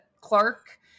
Clark